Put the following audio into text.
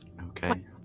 Okay